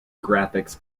graphics